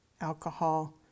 alcohol